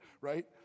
right